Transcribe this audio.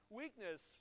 weakness